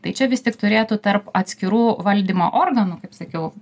tai čia vis tik turėtų tarp atskirų valdymo organų kaip sakiau